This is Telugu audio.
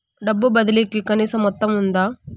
డబ్బు బదిలీ కి కనీస మొత్తం ఉందా?